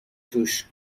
توش